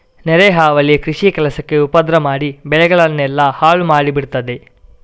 ನೆರೆ ಹಾವಳಿ ಕೃಷಿ ಕೆಲಸಕ್ಕೆ ಉಪದ್ರ ಮಾಡಿ ಬೆಳೆಗಳನ್ನೆಲ್ಲ ಹಾಳು ಮಾಡಿ ಬಿಡ್ತದೆ